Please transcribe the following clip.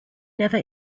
never